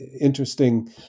interesting